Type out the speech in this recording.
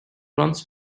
runs